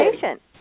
patient